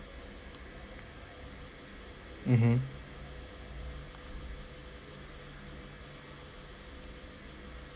mmhmm